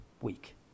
week